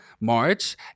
March